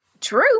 True